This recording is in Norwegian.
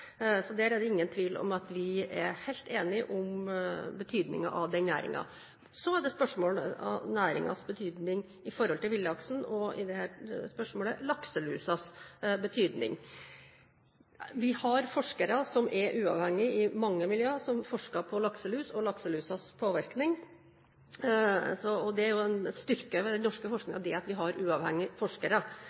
Så det er ingen tvil om at vi er helt enige om betydningen av den næringen. Så er det spørsmål om næringens betydning for villaksen og, i dette spørsmålet, lakselusas betydning. Vi har forskere som er uavhengige, i mange miljøer, som forsker på lakselus og lakselusens påvirkning. Det er en styrke ved den norske forskningen at vi har uavhengige forskere